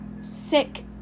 sick